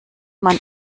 man